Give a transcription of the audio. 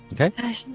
Okay